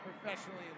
professionally